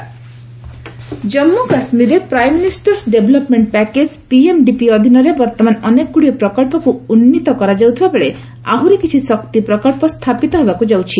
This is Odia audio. ଜେଆଣ୍ଡକେ ପାୱାର ସେକ୍ଟର ଜାମ୍ମୁ କାଶ୍ମୀରରେ ପ୍ରାଇମିନିଷ୍ଟର୍ସ ଡେଭଲପ୍ମେଣ୍ଟ ପ୍ୟାକେଜ୍ ପିଏମ୍ଡିପି ଅଧୀନରେ ବର୍ତ୍ତମାନ ଅନେକଗୁଡ଼ିଏ ପ୍ରକଳ୍ପକୁ ଉନ୍ନିତ କରାଯାଉଥିବା ବେଳେ ଆହୁରି କିଛି ଶକ୍ତି ପ୍ରକ୍ସ ସ୍ଥାପିତ ହେବାକୁ ଯାଉଛି